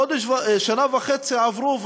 שנה וחצי עברו,